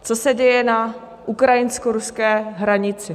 Co se děje na ukrajinskoruské hranici?